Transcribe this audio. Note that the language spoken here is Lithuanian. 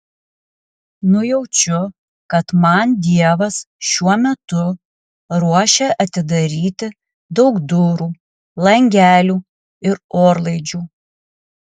nujaučiu kad man dievas šiuo metu ruošia atidaryti daug durų langelių ir orlaidžių